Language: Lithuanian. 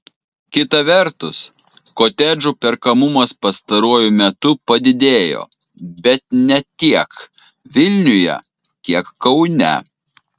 kita vertus kotedžų perkamumas pastaruoju metu padidėjo bet ne tiek vilniuje kiek kaune